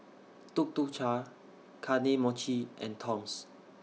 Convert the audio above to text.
Tuk Tuk Cha Kane Mochi and Toms